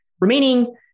remaining